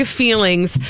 feelings